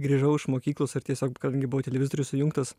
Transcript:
grįžau iš mokyklos ir tiesiog kadangi buvo televizorius įjungtas